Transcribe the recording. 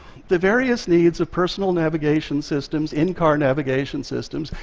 the various needs of personal navigation systems, in-car navigation systems,